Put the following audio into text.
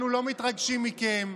אנחנו לא מתרגשים מכם,